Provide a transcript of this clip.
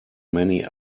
many